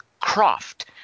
Croft